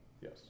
Yes